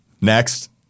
Next